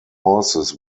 horses